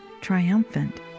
triumphant